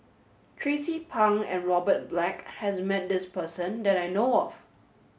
Tracie Pang and Robert Black has met this person that I know of